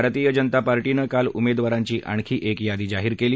भारतीय जनता पार्टीनं काल उमेदवारांची आणखी एक यादी जाहीर केली